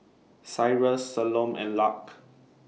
Cyrus Salome and Lark